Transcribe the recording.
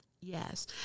Yes